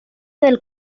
del